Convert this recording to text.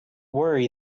worry